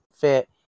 fit